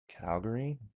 Calgary